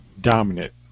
dominant